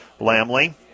Lamley